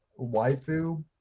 waifu